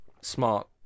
smart